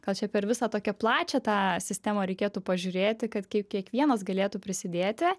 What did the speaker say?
gal čia per visą tokią plačią tą sistemą reikėtų pažiūrėti kad kaip kiekvienas galėtų prisidėti